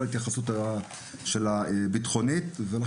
ההתייחסות הביטחונית הראויה ולהגיב בהתאם,